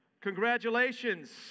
congratulations